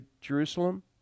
Jerusalem